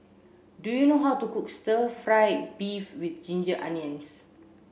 do you know how to cook stir fried beef with ginger onions